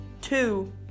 Two